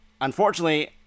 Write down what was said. unfortunately